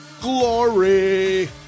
glory